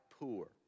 poor